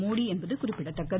மோடி என்பது குறிப்பிடத்தக்கது